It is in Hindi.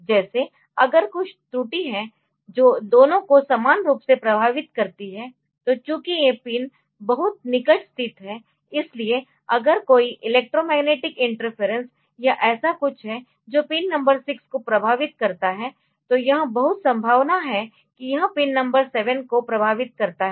जैसे अगर कुछ त्रुटि है जो दोनों को समान रूप से प्रभावित करती है तो चूंकि ये पिन बहुत निकट स्थित है इसलिए अगर कोई इलेक्ट्रोमैग्नेटिक इंटरफेरेंस या ऐसा कुछ है जो पिन नंबर 6 को प्रभावित करता है तो यह बहुत संभावना है कि यह पिन नंबर 7 को प्रभावित करता है